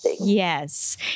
yes